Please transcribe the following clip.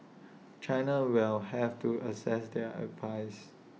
China will have to assess their advice